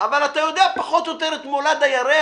אבל אתה יודע פחות או יותר את מולד הירח,